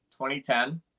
2010